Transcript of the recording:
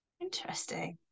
Interesting